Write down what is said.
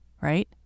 right